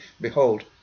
behold